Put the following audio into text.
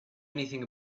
anything